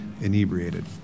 inebriated